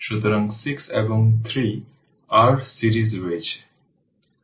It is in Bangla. সুতরাং 6 এবং 3 R সিরিজে রয়েছে